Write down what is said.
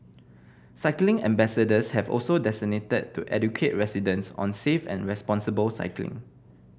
cycling ambassadors have also designated to educate residents on safe and responsible cycling